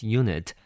unit